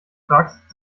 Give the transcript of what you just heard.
fragst